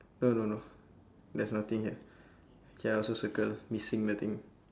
no no no there's nothing here ya K I also circle missing nothing